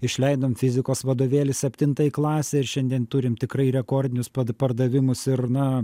išleidom fizikos vadovėlį septintai klasei ir šiandien turim tikrai rekordinius pardavimus ir na